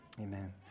Amen